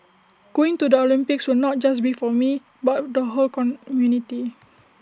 going to the Olympics will not just be for me but the whole community